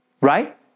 Right